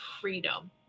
freedom